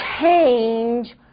change